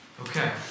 Okay